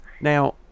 Now